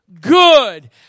good